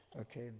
Okay